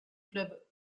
club